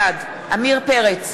בעד עמיר פרץ,